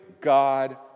God